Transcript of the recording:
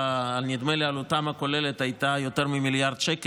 שנדמה לי שעלותם הכוללת הייתה יותר ממיליארד שקל,